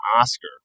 Oscar